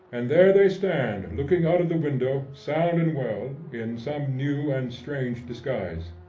and there they stand looking out of the window, sound and well, in some new and strange disguise.